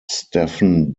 stephen